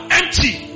empty